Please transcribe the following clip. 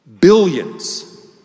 billions